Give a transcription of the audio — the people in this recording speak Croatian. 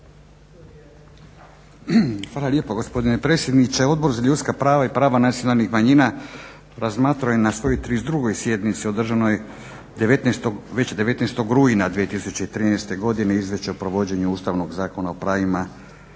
Hvala lijepa gospodine predsjedniče. Odbor za ljudska prava i prava nacionalnih manjina razmatrao je na svojoj 32.sjednici održanoj već 19.rujna 2013.godine Izvješće o provođenju Ustavnog zakona o pravima